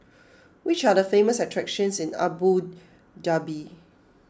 which are the famous attractions in Abu Dhabi